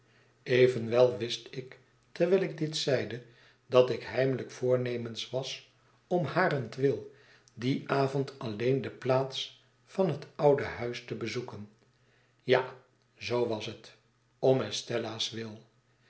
evenwel wist ik terwijl ik dit zeide dat ik heimelijk voornemens was om harentwil dien avond alleen de plaats van het oude huis te bezoeken ja zoo was het om estella's wil